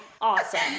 Awesome